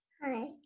hi